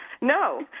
No